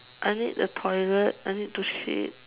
I need the toilet I need to shit